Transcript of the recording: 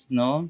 no